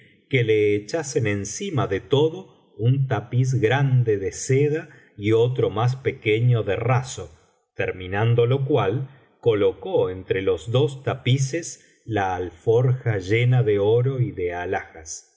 que le echasen encima de todo un tapiz grande de seda y otro más pequeño de raso terminado lo cual colocó entre los dos tapices la alforja llena de oro y de alhajas en